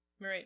Right